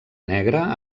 negra